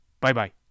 Bye-bye